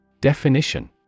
Definition